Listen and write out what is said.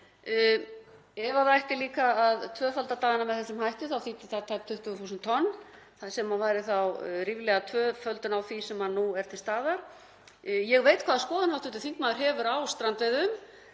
Ef það ætti líka að tvöfalda dagana með þessum hætti þá þýddi það tæp 20.000 tonn sem væri þá ríflega tvöföldun á því sem nú er til staðar. Ég veit hvaða skoðun hv. þingmaður hefur á strandveiðum